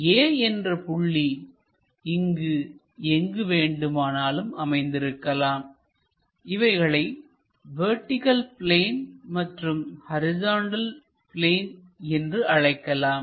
A என்ற புள்ளி இங்கு எங்கு வேண்டுமானாலும் அமைந்திருக்கலாம் இவைகளை வெர்டிகள் பிளேன் மற்றும் ஹரிசாண்டல் பிளேன் என்று அழைக்கலாம்